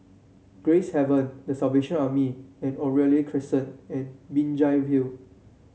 Gracehaven The Salvation Army and Oriole Crescent and Binjai Hill